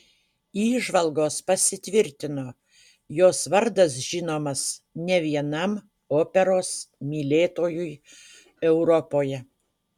įžvalgos pasitvirtino jos vardas žinomas ne vienam operos mylėtojui europoje